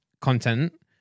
content